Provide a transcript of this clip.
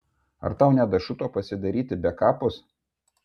ar tau nedašuto pasidaryti bekapus